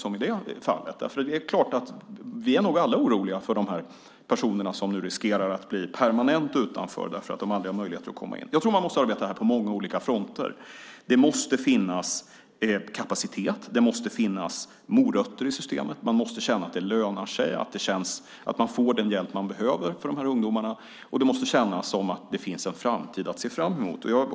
Vi är nog alla oroliga för de personer som nu riskerar att bli permanent utanför för att de aldrig haft möjlighet att komma in. Jag tror att man måste arbeta på många olika fronter. Det måste finnas kapacitet. Det måste finnas morötter i systemet; man måste känna att det lönar sig, att dessa ungdomar känner att de får den hjälp de behöver. Och det måste kännas att det finns en framtid att se fram emot.